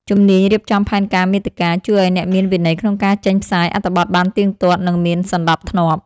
ជំនាញរៀបចំផែនការមាតិកា ជួយឱ្យអ្នកមានវិន័យក្នុងការចេញផ្សាយអត្ថបទបានទៀងទាត់ និងមានសណ្ដាប់ធ្នាប់។